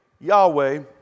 Yahweh